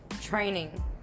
training